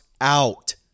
out